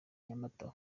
nyamata